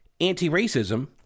anti-racism